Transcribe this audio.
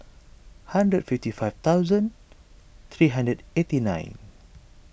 hundred fifty five thousand three hundred eighty nine